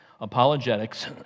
apologetics